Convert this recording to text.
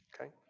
Okay